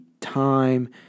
time